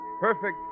Perfect